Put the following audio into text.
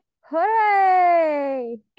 hooray